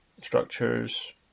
structures